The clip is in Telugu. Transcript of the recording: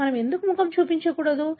మనం ఎందుకు ముఖం చూపించకూడదు